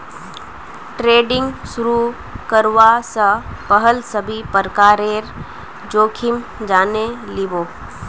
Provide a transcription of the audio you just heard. trading शुरू करवा स पहल सभी प्रकारेर जोखिम जाने लिबो